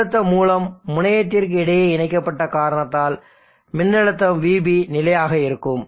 மின்னழுத்தமூலம் முனையத்திற்கு இடையே இணைக்கப்பட்ட காரணத்தால் மின்னழுத்தம் vB நிலையாக இருக்கும்